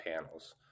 panels